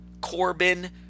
Corbin